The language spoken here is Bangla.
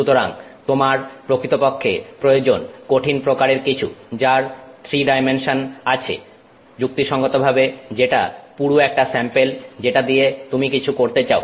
সুতরাং তোমার প্রকৃতপক্ষে প্রয়োজন কঠিন প্রকারের কিছু যার 3 ডাইমেনশন আছে যুক্তিসঙ্গতভাবে যেটা পুরু একটা স্যাম্পেল যেটা দিয়ে তুমি কিছু করতে চাও